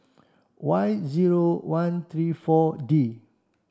Y zero one three four D